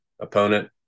opponent